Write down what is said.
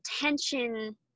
attention